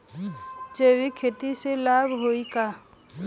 जैविक खेती से लाभ होई का?